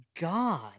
God